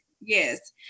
Yes